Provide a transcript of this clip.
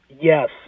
Yes